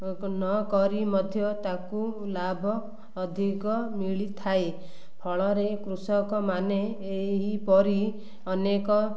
ନ କରି ମଧ୍ୟ ତାକୁ ଲାଭ ଅଧିକ ମିଳିଥାଏ ଫଳରେ କୃଷକମାନେ ଏହିପରି ଅନେକ